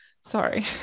sorry